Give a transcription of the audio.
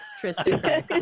Tristan